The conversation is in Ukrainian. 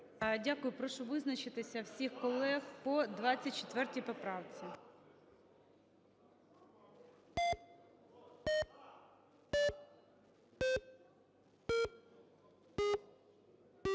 Дякую. Прошу визначитися всіх колег по 24 поправці.